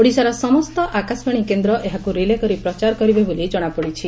ଓଡ଼ିଶାର ସମସ୍ତ ଆକାଶବାଣୀ କେନ୍ଦ୍ର ଏହାକୁ ରିଲେକରି ପ୍ରଚାର କରିବେ ବୋଲି ଜଣାପଡିଛି